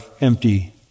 empty